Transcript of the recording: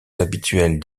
habituelles